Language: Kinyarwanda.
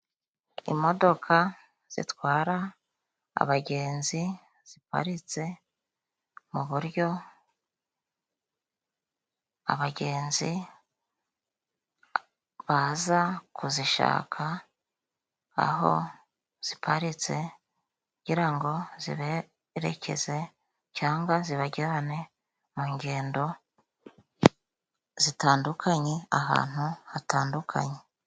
Imodoka zitwara abagenzi ziparitse mu buryo abagenzi baza kuzishaka aho ziparitse, kugira ngo zibererekeze cyangwa zibajyane mu ngendo zitandukanye ahantu hatandukanye.